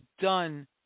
done